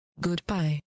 Goodbye